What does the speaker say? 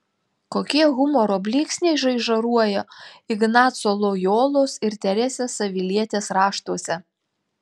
kokie humoro blyksniai žaižaruoja ignaco lojolos ir teresės avilietės raštuose